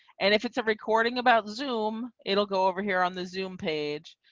and if it's a recording about zoom. it'll go over here on the zoom page.